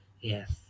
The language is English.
yes